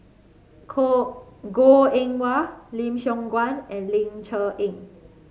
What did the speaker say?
Goh Eng Wah Lim Siong Guan and Ling Cher Eng